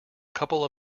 couple